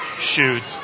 shoots